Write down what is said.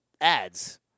ads